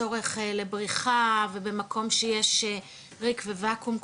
צורך לבריחה ובמקום שיש ריק וואקום,